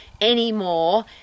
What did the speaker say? anymore